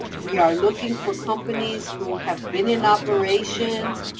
we are looking for companies who have been in operations,